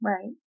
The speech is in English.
Right